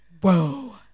whoa